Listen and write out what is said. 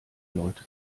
leute